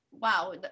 wow